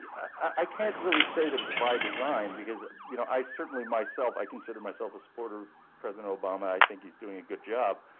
i can't really say that it's by design because you know i certainly, myself, i consider myself a supporter of president obama, i think he's doing a good job,